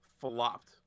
flopped